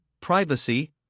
privacy